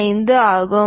25 ஆகும்